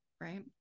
right